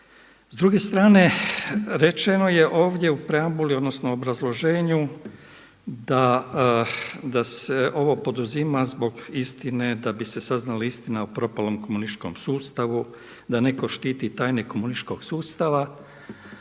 S druge strane, rečeno je ovdje u preambuli odnosno u obrazloženju da se ovo poduzima zbog istine da bi se saznala istina o propalom komunističkom sustavu, da neko štiti tajne komunističkog sustava.